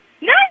No